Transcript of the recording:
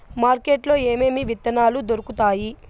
market లో ఏమేమి విత్తనాలు దొరుకుతాయి